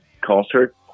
concert